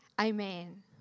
Amen